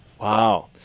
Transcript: Wow